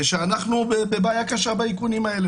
שאנחנו בבעיה קשה באיכונים האלה.